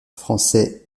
français